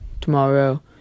tomorrow